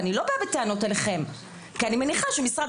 אני לא באה בטענות אליכם כי אני מניחה שמשרד